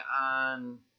on